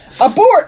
abort